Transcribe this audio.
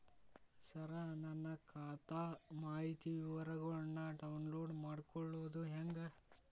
ಸರ ನನ್ನ ಖಾತಾ ಮಾಹಿತಿ ವಿವರಗೊಳ್ನ, ಡೌನ್ಲೋಡ್ ಮಾಡ್ಕೊಳೋದು ಹೆಂಗ?